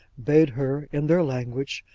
bade her, in their language,